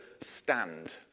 stand